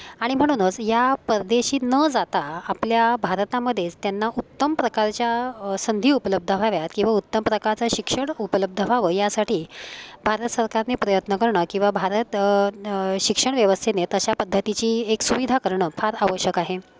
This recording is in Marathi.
आणि म्हणूनच या परदेशी न जाता आपल्या भारतामध्येच त्यांना उत्तम प्रकारच्या संधी उपलब्ध व्हाव्यात किंवा उत्तम प्रकारचं शिक्षण उपलब्ध व्हावं यासाठी भारत सरकारने प्रयत्न करणं किंवा भारत न शिक्षण व्यवस्थेने तशा पद्धतीची एक सुविधा करणं फार आवश्यक आहे